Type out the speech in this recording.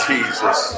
Jesus